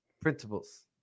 principles